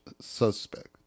suspect